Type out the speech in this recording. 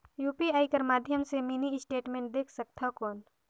UPI कर माध्यम से मिनी स्टेटमेंट देख सकथव कौन?